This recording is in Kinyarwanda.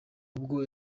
ubwo